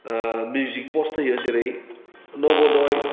मिउजुक कर्स होयो जेरै नभदय